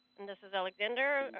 and this is alexander.